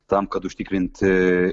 tam kad užtikrinti